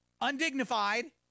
undignified